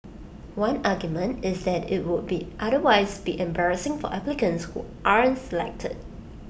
one argument is that IT would otherwise be embarrassing for applicants who aren't selected